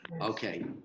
okay